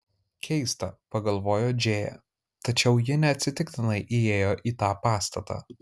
keista pagalvojo džėja tačiau ji neatsitiktinai įėjo į tą pastatą